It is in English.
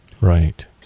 Right